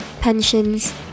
pensions